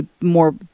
more